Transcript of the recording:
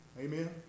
Amen